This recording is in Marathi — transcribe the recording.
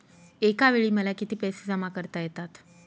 एकावेळी मला किती पैसे जमा करता येतात?